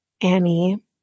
Annie